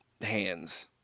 hands